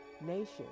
nation